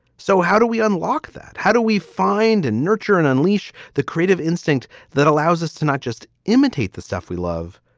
so how do we unlock that? how do we find and nurture and unleash the creative instinct that allows us to not just imitate the stuff we love,